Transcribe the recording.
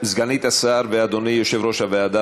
סגנית השר ואדוני יושב-ראש הוועדה,